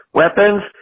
weapons